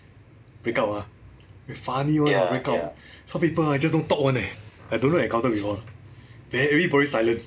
breakout ah eh funny [one] lah breakout some people ah just don't talk [one] leh I don't ever encounter before then everybody silent